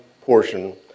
portion